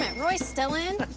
but roy's still in?